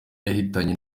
yahitanye